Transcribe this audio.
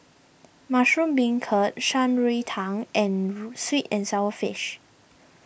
Mushroom Beancurd Shan Rui Tang and Sweet and Sour Fish